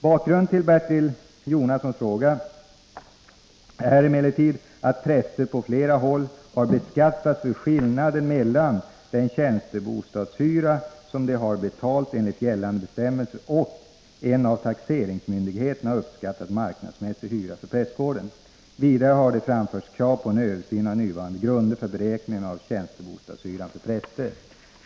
Bakgrunden till Bertil Jonassons fråga är emellertid att präster på flera håll har beskattats för skillnaden mellan den tjänstebostadshyra som de har betalat enligt gällande bestämmelser och en av taxeringsmyndigheterna uppskattad marknadsmässig hyra för prästgården. Vidare har det framförts krav på en översyn av nuvarande grunder för beräkningen av tjänstebostadshyran för präster.